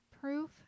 proof